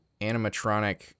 animatronic